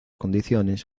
condiciones